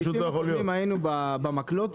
בסעיפים הקודמים היינו במקלות,